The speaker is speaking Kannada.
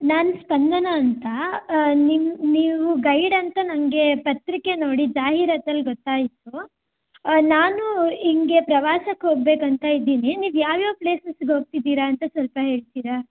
ನಾನು ಸ್ಪಂದನಾ ಅಂತ ನಿಮ್ಮ ನೀವು ಗೈಡ್ ಅಂತ ನನಗೆ ಪತ್ರಿಕೆ ನೋಡಿ ಜಾಹೀರಾತಲ್ಲಿ ಗೊತ್ತಾಯಿತು ನಾನು ಹಿಂಗೆ ಪ್ರವಾಸಕ್ಕೆ ಹೋಗ್ಬೇಕು ಅಂತ ಇದ್ದೀನಿ ನೀವು ಯಾವ ಯಾವ ಪ್ಲೇಸಸಿಗೆ ಹೋಗ್ತಿದಿರ ಅಂತ ಸ್ವಲ್ಪ ಹೇಳ್ತೀರಾ